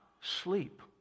sleep